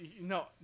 No